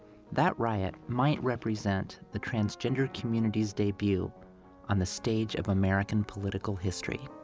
that riot might represent the transgender community's debut on the stage of american political history.